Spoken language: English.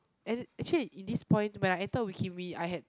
and actually in this point when I enter wee kim wee I had